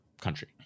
country